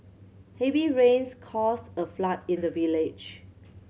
heavy rains caused a flood in the village